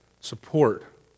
support